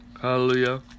hallelujah